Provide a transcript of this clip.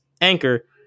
Anchor